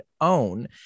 own